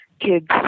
kids